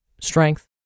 strength